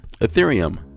Ethereum